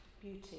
beauty